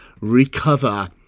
recover